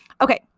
Okay